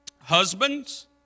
Husbands